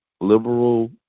liberal